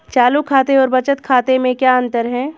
चालू खाते और बचत खाते में क्या अंतर है?